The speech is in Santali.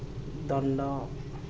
ᱫᱚᱱᱰᱚ